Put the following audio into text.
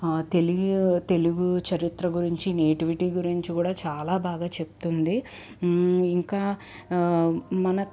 తెలుగు తెలుగు చరిత్ర గురించి నేటివిటీ గురించి కూడా చాలా బాగా చెప్తుంది ఇంకా మన